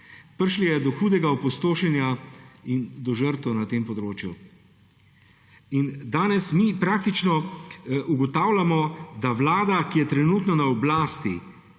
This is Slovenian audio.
Prišlo je do hudega opustošenja in do žrtev na tem območju. Danes mi praktično ugotavljamo, da vlada, ki je trenutno na oblasti,